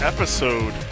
Episode